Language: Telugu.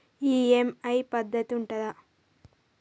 ఈ.ఎమ్.ఐ పద్ధతి ఉంటదా?